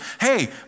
hey